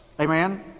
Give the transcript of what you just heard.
Amen